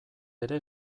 ere